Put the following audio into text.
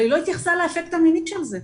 אבל היא לא התייחסה לאפקט המיני של זה.